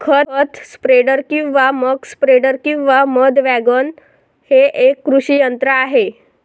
खत स्प्रेडर किंवा मक स्प्रेडर किंवा मध वॅगन हे एक कृषी यंत्र आहे